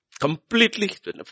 Completely